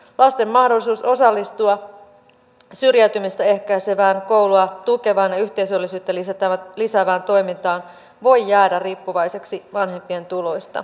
lasten mahdollisuus osallistua syrjäytymistä ehkäisevään koulua tukevaan ja yhteisöllisyyttä lisäävään toimintaan voi jäädä riippuvaiseksi vanhempien tuloista